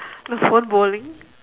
the phone bowling